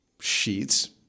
sheets